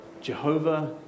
Jehovah